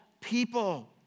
people